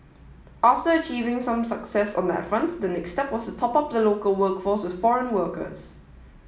after achieving some success on that front the next step was to top up the local workforce with foreign workers